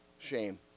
shame